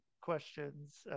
questions